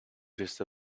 just